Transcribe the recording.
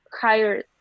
higher